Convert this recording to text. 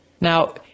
Now